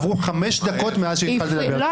עברו חמש דקות מאז שהתחלת לדבר, תודה.